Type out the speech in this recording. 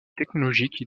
technologique